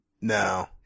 No